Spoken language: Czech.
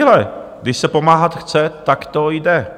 Ejhle, když se pomáhat chce, tak to jde.